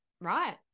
right